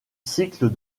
cycle